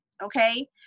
Okay